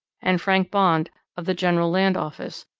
and frank bond, of the general land office,